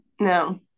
No